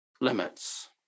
limits